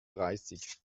dreißig